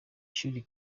shuli